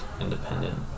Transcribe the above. independent